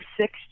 six